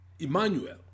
Emmanuel